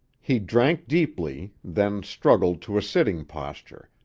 he drank deeply, then struggled to a sitting posture,